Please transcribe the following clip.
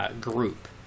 group